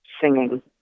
singing